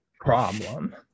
problem